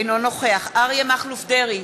אינו נוכח אריה מכלוף דרעי,